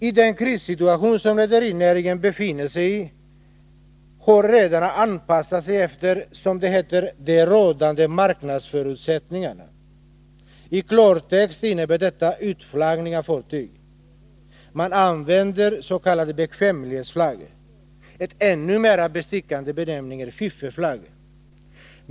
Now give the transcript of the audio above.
I den krissituation som rederinäringen befinner sig i har redarna anpassat sig efter, som det heter, ”de rådande marknadsförutsättningarna”. I klartext innebär detta utflaggning av fartyg. Man använder s.k. bekvämlighetsflagg. En ännu mera bestickande benämning är fiffelflagg.